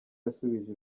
yasubije